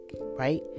Right